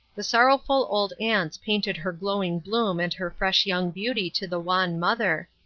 the sorrowful old aunts painted her glowing bloom and her fresh young beauty to the wan mother,